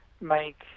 make